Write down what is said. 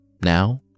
Now